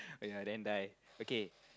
oh ya then die okay